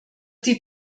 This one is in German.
die